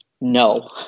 no